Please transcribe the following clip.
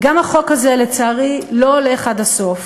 גם החוק הזה, לצערי, לא הולך עד הסוף.